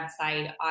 website